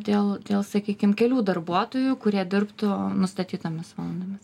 dėl dėl sakykim kelių darbuotojų kurie dirbtų nustatytomis valandomis